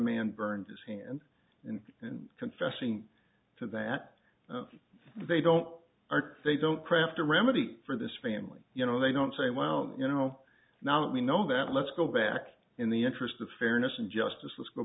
man burned his hand in and confessing to that they don't they don't craft a remedy for this family you know they don't say well you know now we know that let's go back in the interest of fairness and justice